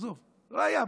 עזוב, לא הייתה.